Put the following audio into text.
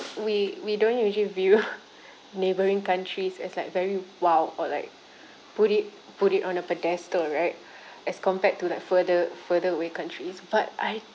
we we don't usually view neighboring countries as like very !wow! or like put it put it on a pedestal right as compared to like further further away countries but I